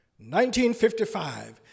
1955